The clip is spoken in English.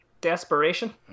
desperation